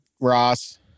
Ross